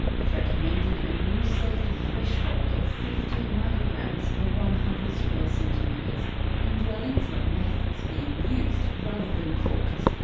it recommended a new safety threshold of fifteen micrograms per but one hundred square centimetres in dwellings where meth was being used rather than cooked.